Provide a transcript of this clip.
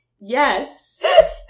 Yes